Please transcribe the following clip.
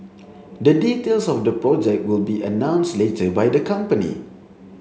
the details of the project will be announced later by the company